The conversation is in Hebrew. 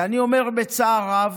ואני אומר, בצער רב,